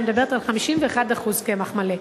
אני מדברת על 51% קמח מלא,